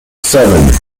seven